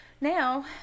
Now